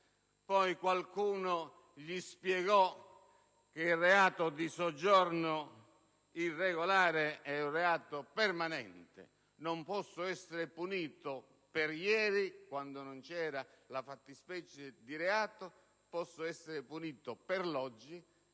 Poi qualcuno gli spiegò che il reato di soggiorno irregolare è un reato permanente: non posso essere punito per ieri, quando non c'era la fattispecie di reato, posso essere punito per l'oggi,